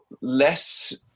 less